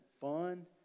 fun